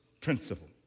principle